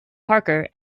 parker